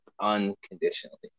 unconditionally